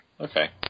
Okay